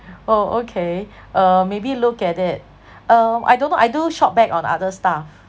oh okay uh maybe look at it um I don't know I do shopback on other stuff